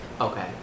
okay